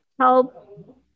help